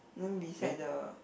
then beside the